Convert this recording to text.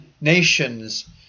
nations